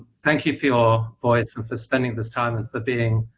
thank you for your voice and for spending this time and for being,